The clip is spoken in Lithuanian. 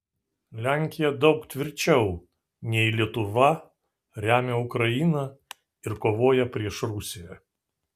lenkija daug tvirčiau nei lietuva remia ukrainą ir kovoja prieš rusiją